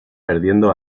perdiendo